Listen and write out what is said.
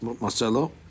Marcelo